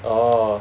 orh